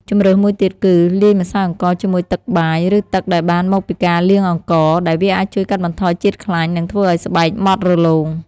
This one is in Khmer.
ជម្រើសមួយទៀតគឺ លាយម្សៅអង្ករជាមួយទឹកបាយ ឬទឹកដែលបានមកពីការលាងអង្ករ ដែលវាអាចជួយកាត់បន្ថយជាតិខ្លាញ់ និងធ្វើឱ្យស្បែកម៉ត់រលោង។